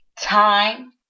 time